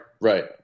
right